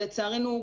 לצערנו,